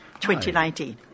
2019